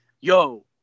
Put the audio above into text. yo